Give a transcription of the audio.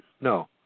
No